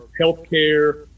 healthcare